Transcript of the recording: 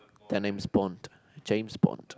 the name is bond James Bond